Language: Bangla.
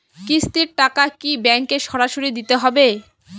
কিস্তির টাকা কি ব্যাঙ্কে সরাসরি দিতে হবে?